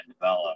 develop